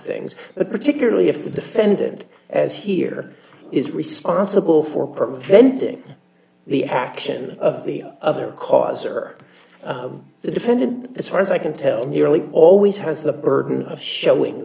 things but particularly if the defendant as here is responsible for preventing the action of the other cause or the defendant as far as i can tell nearly always has the burden of showing